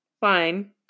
Fine